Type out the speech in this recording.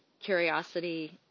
curiosity